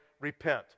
repent